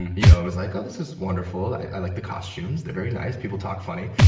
you know, it was like, oh, this is wonderful. i like the costumes. they're very nice. people talk funny,